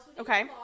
okay